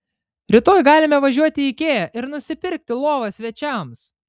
rytoj galime važiuoti į ikea ir nusipirkti lovą svečiams